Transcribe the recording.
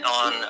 on